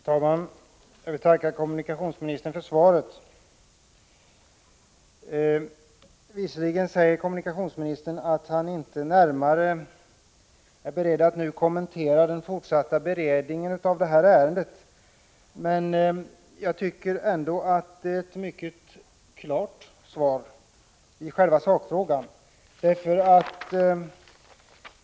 Herr talman! Jag tackar kommunikationsministern för svaret. Visserligen säger kommunikationsministern att han inte är beredd att närmare kommentera den fortsatta beredningen av det här ärendet, men jag tycker ändå att svaret är mycket klart i själva sakfrågan.